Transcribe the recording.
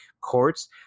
courts